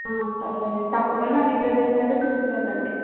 పర్లేదండి తప్పకుండా అన్ని ప్రదేశాలు చూసి వెళ్ళండి